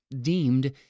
deemed